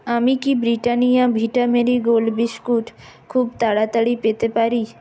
আমি কি Britannia Vita Marie Gold biscuit খুব তাড়াতাড়ি পেতে পারি